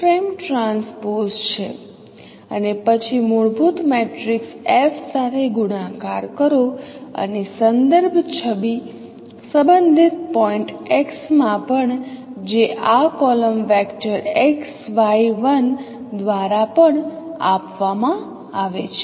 અને પછી મૂળભૂત મેટ્રિક્સ F સાથે ગુણાકાર કરો અને સંદર્ભ છબી સંબંધિત પોઇન્ટ x માં પણ જે આ કોલમ વેક્ટર x y 1 દ્વારા પણ આપવામાં આવે છે